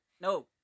No